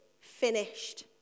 finished